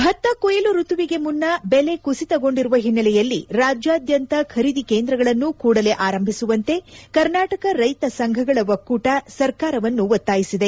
ಭತ್ತ ಕುಯಿಲು ಋತುವಿಗೆ ಮುನ್ನ ಬೆಲೆ ಕುಸಿತಗೊಂಡಿರುವ ಹಿನ್ನೆಲೆಯಲ್ಲಿ ರಾಜ್ಯಾದ್ಯಂತ ಖರೀದಿ ಕೇಂದ್ರಗಳನ್ನು ಕೂಡಲೇ ಆರಂಭಿಸುವಂತೆ ಕರ್ನಾಟಕ ರೈತ ಸಂಘಗಳ ಒಕ್ಕೂಟ ಸರ್ಕಾರವನ್ನು ಒತ್ತಾಯಿಸಿದೆ